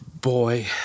boy